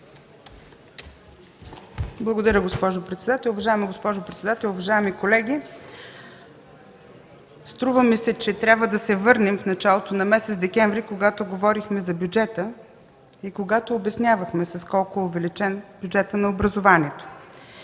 Благодаря, госпожо председател. Уважаема госпожо председател, уважаеми колеги! Струва ми се, че трябва да се върнем в началото на месец декември, когато говорихме за бюджета и когато обяснявахме с колко е увеличен бюджетът на образованието.